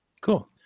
Cool